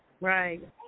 right